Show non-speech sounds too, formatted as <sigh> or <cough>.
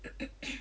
<coughs>